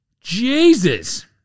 Jesus